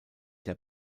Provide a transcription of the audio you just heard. der